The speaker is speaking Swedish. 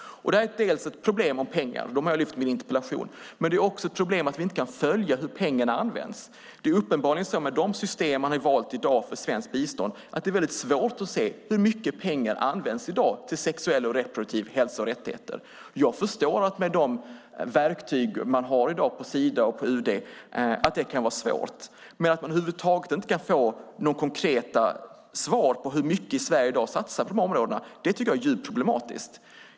Det här är dels ett problem med pengarna, de har jag lyft fram i min interpellation, dels ett problem att vi inte kan följa hur pengarna används. För de system som man har valt i dag för svenskt bistånd är det uppenbarligen svårt att se hur mycket pengar som används för sexuell och reproduktiv hälsa och rättigheter. Jag förstår att det kan vara svårt med de verktyg som finns i dag på Sida och på UD, men att man över huvud taget inte kan få några konkreta svar på hur mycket Sverige i dag satsar på områdena är djupt problematiskt.